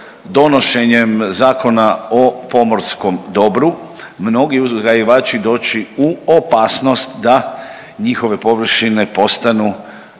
donošenjem Zakona o pomorskom dobru mnogi uzgajivači doći u opasnost da njihove površine postanu